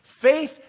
Faith